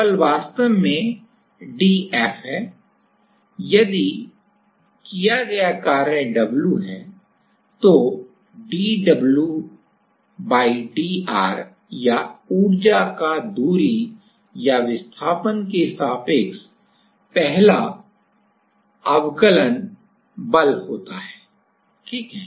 बल वास्तव में dF है यदि किया गया कार्य W है तो dWdr या ऊर्जा का दूरी या विस्थापन के सापेक्ष पहला डेरिवेटिव बल होता है ठीक है